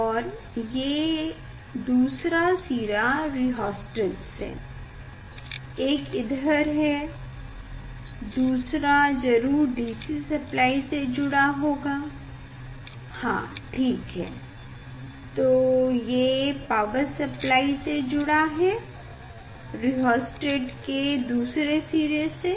और ये दूसरा सिरा रिहोस्टेट से एक इधर है दूसरा जरूर DC सप्लाइ से जुड़ा होगा हाँ ठीक है तो ये पावर सप्लाइ से जुड़ा है रिहोस्टेट के दूसरे सिरे से